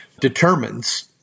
determines